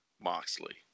Moxley